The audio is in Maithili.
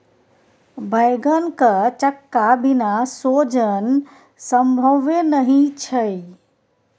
बैंगनक चक्का बिना सोजन संभवे नहि छै